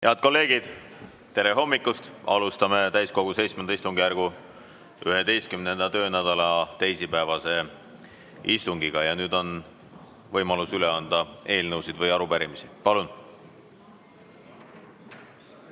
Head kolleegid, tere hommikust! Alustame täiskogu VII istungjärgu 11. töönädala teisipäevast istungit. Ja nüüd on võimalus üle anda eelnõusid või arupärimisi. Palun!